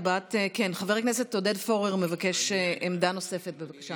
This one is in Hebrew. חבר הכנסת עודד פורר מבקש עמדה נוספת, בבקשה.